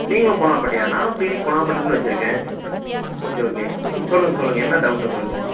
நீங்களும் போனாப்பேட்டையா நானும் கிளினிக் போனாப்பேட்டையில் தான் வச்சுருக்கேன் ஓகே ஓகே சொல்லுங்க சொல்லுங்க என்ன டவுட் உங்களுக்கு